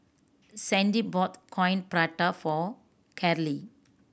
Sandy bought Coin Prata for Karley